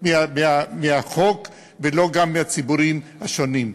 מהחוק וגם לא מהציבורים השונים.